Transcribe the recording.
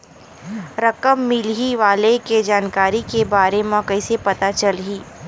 रकम मिलही वाले के जानकारी के बारे मा कइसे पता चलही?